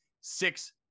six